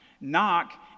Knock